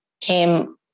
came